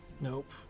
Nope